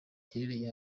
giherereye